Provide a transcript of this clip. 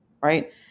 right